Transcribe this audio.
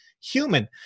human